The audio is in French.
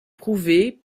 prouvées